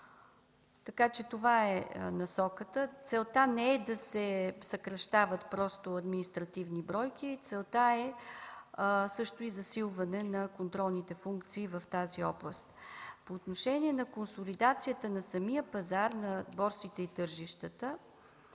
Така че това е насоката. Целта не е да се съкращават просто административни бройки, целта е засилване на контролните функции в тази област. По отношение на консолидацията на самия пазар на борсите и тържищата.